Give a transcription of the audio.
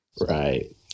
Right